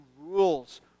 rules